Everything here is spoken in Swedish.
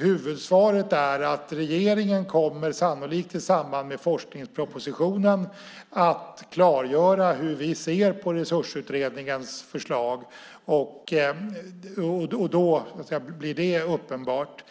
Huvudsvaret är att regeringen kommer, sannolikt i samband med forskningspropositionen, att klargöra hur vi ser på Resursutredningens förslag. Då blir det uppenbart.